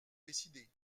décider